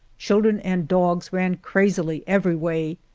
children and dogs ran crazily every way,